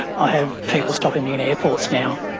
i have people stopping me in airports now,